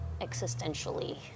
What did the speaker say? existentially